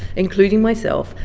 including myself,